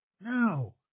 No